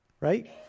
right